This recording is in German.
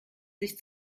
sich